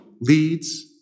leads